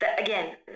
again